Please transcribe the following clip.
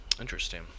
Interesting